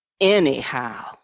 anyhow